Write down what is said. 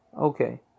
Okay